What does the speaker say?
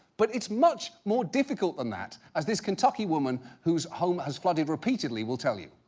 but, it's much more difficult than that as this kentucky woman, whose home has flooded repeatedly, will tell you.